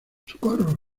socorro